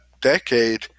decade